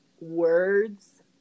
words